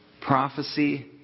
prophecy